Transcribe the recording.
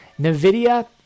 NVIDIA